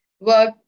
work